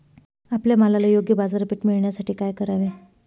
आपल्या मालाला योग्य बाजारपेठ मिळण्यासाठी काय करावे?